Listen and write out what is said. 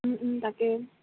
তাকে